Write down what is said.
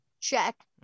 check